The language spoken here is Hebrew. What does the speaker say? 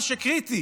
מה שקריטי